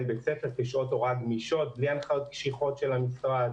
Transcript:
בית הספר בשעות הוראה גמישות ובלי הנחיות קשיחות של המשרד.